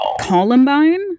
Columbine